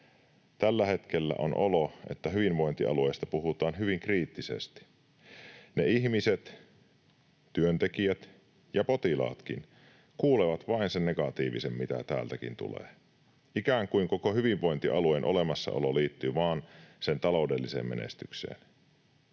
Tällä hetkellä on olo, että hyvinvointialueista puhutaan hyvin kriittisesti. Ne ihmiset, työntekijät ja potilaatkin, kuulevat vain sen negatiivisen, mitä täältäkin tulee, ikään kuin koko hyvinvointialueen olemassaolo liittyisi vain sen taloudelliseen menestykseen.